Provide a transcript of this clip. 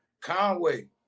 Conway